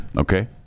okay